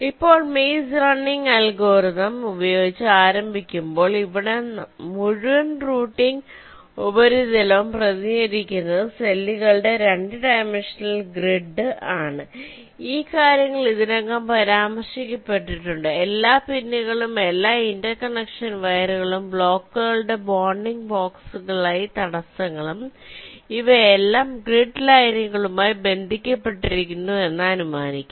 ഇപ്പോൾ maze running algorithm ഉപയോഗിച്ച് ആരംഭിക്കുമ്പോൾ ഇവിടെ മുഴുവൻ റൂട്ടിംഗ് ഉപരിതലവും പ്രതിനിധീകരിക്കുന്നത് സെല്ലുകളുടെ 2 ഡൈമൻഷണൽ ഗ്രിഡ് ആണ് ഈ കാര്യങ്ങൾ ഇതിനകം പരാമർശിക്കപ്പെട്ടിട്ടുണ്ട് എല്ലാ പിന്നുകളും എല്ലാ ഇന്റർകണക്ഷൻ വയറുകളും ബ്ലോക്കുകളുടെ ബോണ്ടിംഗ് ബോക്സുകളായ തടസ്സങ്ങളും ഇവയെല്ലാം ഗ്രിഡ് ലൈനുകളുമായി ബന്ധപ്പെട്ടിരിക്കുന്നുവെന്ന് അനുമാനിക്കാം